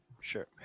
sure